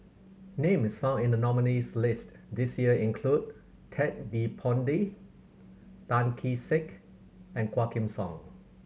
names found in the nominees' list this year include Ted De Ponti Tan Kee Sek and Quah Kim Song